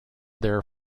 there